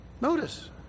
Notice